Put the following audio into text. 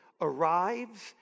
arrives